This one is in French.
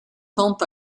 tend